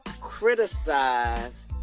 criticize